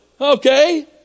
Okay